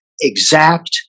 exact